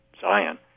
Zion